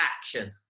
action